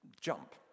jump